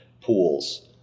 pools